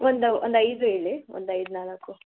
ಒಂದು ಒಂದು ಐದು ಹೇಳಿ ಒಂದು ಐದು ನಾಲ್ಕು